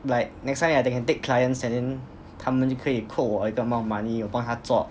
like next time I they can take clients and then 他们就可以 quote 我一个 amount of money 我帮他做